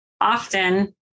often